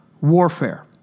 warfare